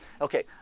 Okay